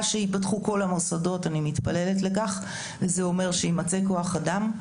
שייפתחו כל המוסדות כפי שאני מתפללת ויימצא כוח אדם.